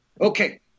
Okay